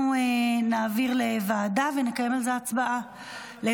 אנחנו נעביר לוועדה ונקיים על זה הצבעה.